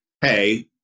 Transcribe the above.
hey